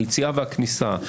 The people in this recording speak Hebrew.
היציאה והכניסה,